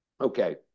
Okay